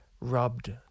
rubbed